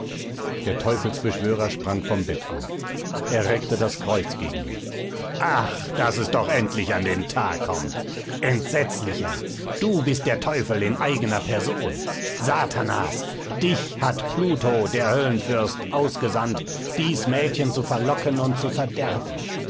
der teufelsbeschwörer sprang vom bett auf er reckte das kreuz gegen mich ach daß es doch endlich an den tag kommt entsetzlicher du bist der teufel in eigener person satanas dich hat pluto der höllenfürst ausgesandt dies mädchen zu verlocken und zu verderben